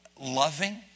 loving